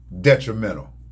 detrimental